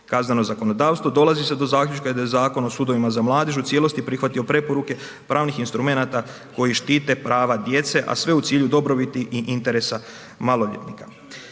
kaznenom zakonodavstvu, dolazi se do zaključka da je Zakon o sudovima za mladež u cijelosti prihvatio preporuke pravnih instrumenata koji štite prava djece a sve u cilju dobrobiti i interesa maloljetnika.